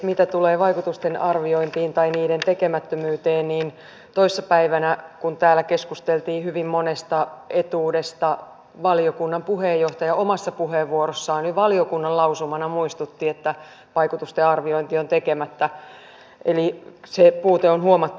mitä tulee vaikutusten arviointiin tai niiden tekemättömyyteen niin toissa päivänä kun täällä keskusteltiin hyvin monesta etuudesta valiokunnan puheenjohtaja omassa puheenvuorossaan jo valiokunnan lausumana muistutti että vaikutusten arviointi on tekemättä eli se puute on huomattu